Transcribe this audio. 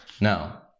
Now